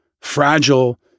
fragile